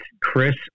Chris